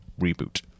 reboot